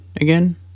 again